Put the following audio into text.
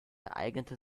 eignete